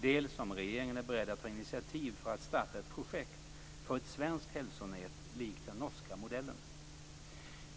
dels om regeringen är beredd att ta initiativ för att starta ett projekt för ett svenskt hälsonät, likt den norska modellen.